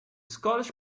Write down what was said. scottish